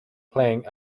playing